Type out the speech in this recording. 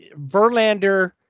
Verlander